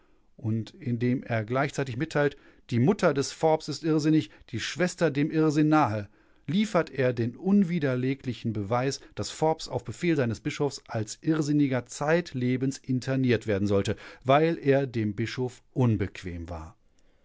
und in dem er gleichzeitig mitteilt die mutter des forbes ist irrsinnig die schwester dem irrsinn nahe liefert er den unwiderleglichen beweis daß forbes auf befehl seines bischofs als irrsinniger zeitlebens interniert werden sollte weil er dem bischof unbequem war